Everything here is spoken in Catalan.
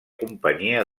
companyia